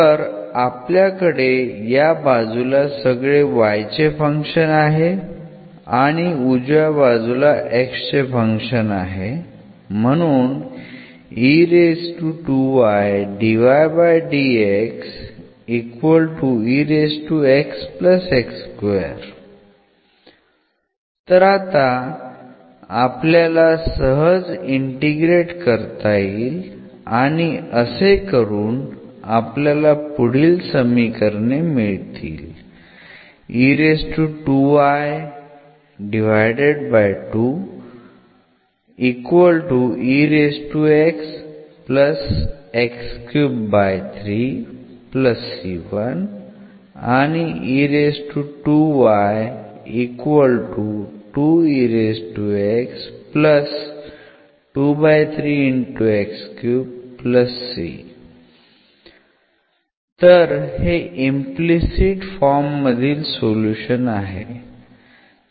तर आपल्याकडे या बाजूला सगळे y चे फंक्शन आहे आणि उजव्या बाजूला x चे फंक्शन आहे म्हणून तर आता आपल्याला सहज इंटिग्रेट करता येईल आणि असे करून आपल्याला पुढील समीकरणे मिळतील तर हे इम्प्लिसिट फॉर्म मधील सोल्युशन आहे